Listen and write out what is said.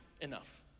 enough